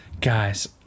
Guys